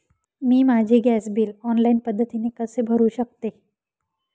मी माझे gas bill online पद्धतीने कसे भरु शकते?